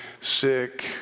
sick